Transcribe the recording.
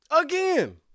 Again